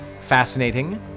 fascinating